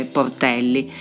Portelli